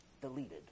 deleted